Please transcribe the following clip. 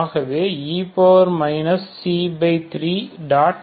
ஆகவே e 3